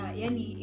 yani